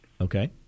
Okay